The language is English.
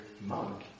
monk